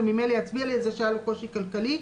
זה ממילא יצביע לי על זה שהיה לו קושי כלכלי,